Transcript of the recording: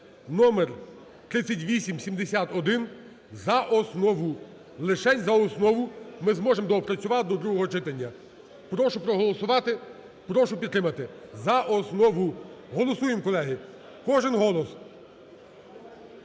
(№ 3871) за основу. Лишень за основу ми зможемо доопрацювати до другого читання. Прошу проголосувати, прошу підтримати за основу. Голосуємо, колеги. Кожен голос.